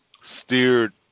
steered